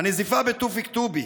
"הנזיפה בתופיק טובי":